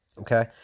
okay